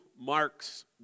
Mark's